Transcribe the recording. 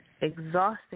exhausting